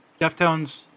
Deftones